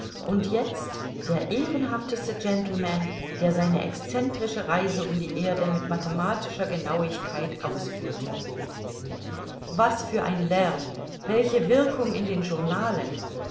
und jetzt der ehrenhafteste gentleman der seine excentrische reise um die erde mit mathematischer genauigkeit ausführte was für ein lärm welche wirkung in den journalen